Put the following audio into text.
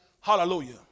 Hallelujah